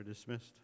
Dismissed